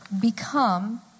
Become